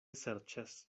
serĉas